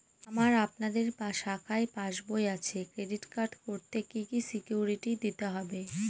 আমার আপনাদের শাখায় পাসবই আছে ক্রেডিট কার্ড করতে কি কি সিকিউরিটি দিতে হবে?